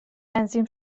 تنظیم